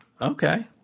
Okay